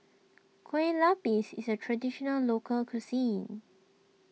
Kueh Lapis is a Traditional Local Cuisine